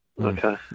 Okay